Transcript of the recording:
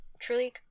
truly